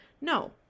No